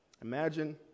Imagine